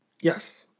Yes